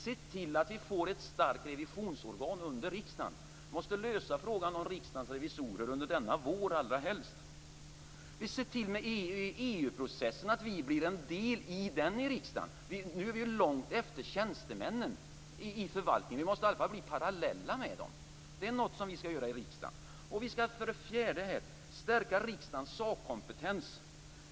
Se till att vi får ett starkt revisionsorgan under riksdagen! Vi måste lösa frågan om Riksdagens revisorer, allra helst under denna vår. Vi skall se till att riksdagen blir en del i EU processen. Nu är vi långt efter tjänstemännen i förvaltningen, och vi måste i alla fall ligga parallellt med dem. Det är också något vi skall göra i riksdagen. Vi skall stärka riksdagens sakkompetens.